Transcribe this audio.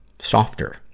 Softer